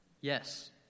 Yes